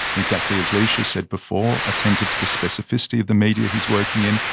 exactly as lecia said before, attentive to the specificity of the media he's working in,